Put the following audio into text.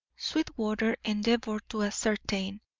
sweetwater endeavoured to ascertain,